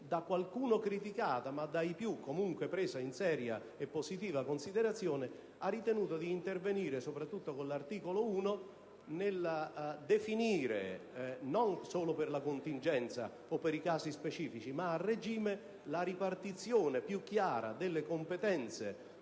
da qualcuno criticata ma dai più comunque presa in seria e positiva considerazione, ha ritenuto di intervenire, soprattutto con l'articolo 1, definendo - non solo per la contingenza o per i casi specifici ma a regime - la ripartizione più chiara delle competenze